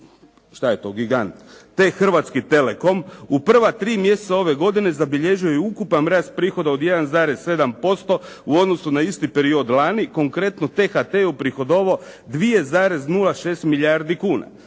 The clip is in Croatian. što je to gigant, T-Hrvatski telekom u prva 3 mjeseca ove godine zabilježio je ukupan rast prihoda od 1,7% u odnosu na isti period lani. Konkretno, T-HT je uprihodovao 2,06 milijardi kuna.